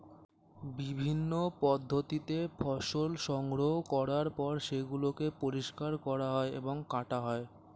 বিভিন্ন পদ্ধতিতে ফসল সংগ্রহ করার পর সেগুলোকে পরিষ্কার করা হয় এবং কাটা হয়